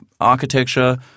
architecture